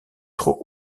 trop